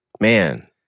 Man